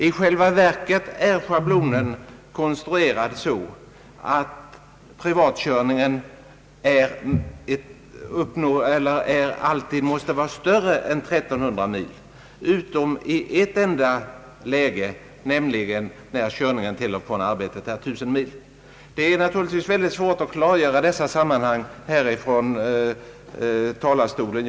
I själva verket är schablonen konstruerad så, att privatkörningen alltid måste vara längre än 1300 mil för att schablonen skall ge rättvisa, utom i ett enda läge, nämligen där körningen till och från arbetet är 1000 mil. Det är naturligtvis mycket svårt att klargöra dessa sammanhang här från talarstolen.